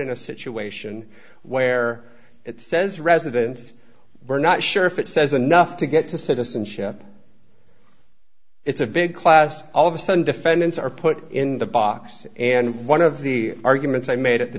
in a situation where it says residence we're not sure if it says enough to get to citizenship it's a big class all of a sudden defendants are put in the box and one of the arguments i made at the